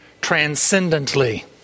transcendently